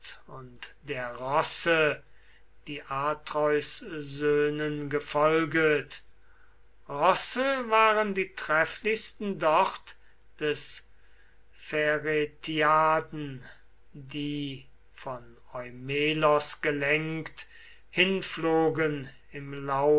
und der rosse die atreus söhnen gefolget rosse waren die trefflichsten dort des pheretiaden die von eumelos gelenkt hinflogen im